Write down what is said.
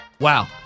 Wow